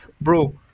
bro